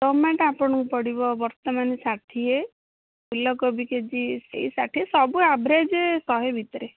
tomato ଆପଣଙ୍କୁ ପଡ଼ିବ ବର୍ତ୍ତମାନ ଷାଠିଏ ଫୁଲକୋବି କେଜି ସେଇ ଷାଠିଏ ସବୁ ଆଭରେଜ ଶହେ ଭିତରେ